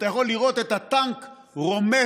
אתה יכול לראות את הטנק רומס,